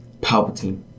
Palpatine